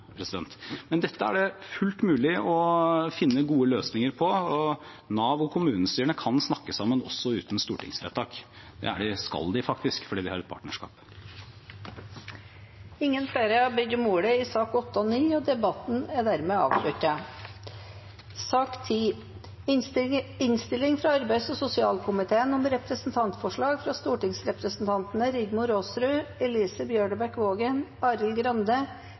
Dette er det fullt mulig å finne gode løsninger på, og Nav og kommunestyrene kan snakke sammen også uten stortingsvedtak. Det skal de faktisk fordi vi har et partnerskap. Flere har ikke bedt om ordet til sakene nr. 8 og 9. Etter ønske fra arbeids- og sosialkomiteen vil presidenten ordne debatten slik: 5 minutter til hver partigruppe og